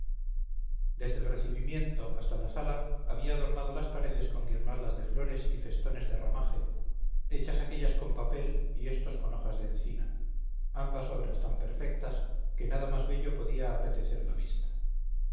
desde el recibimiento hasta la sala había adornado las paredes con guirnaldas de flores y festones de ramaje hechas aquéllas con papel y éstos con hojas de encina ambas obras tan perfectas que nada más bello podía apetecer la vista